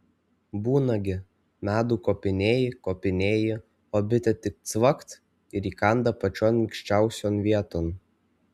būna gi medų kopinėji kopinėji o bitė tik cvakt ir įkanda pačion minkščiausion vieton